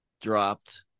dropped